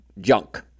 junk